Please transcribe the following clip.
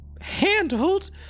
handled